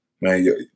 man